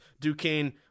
Duquesne